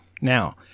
Now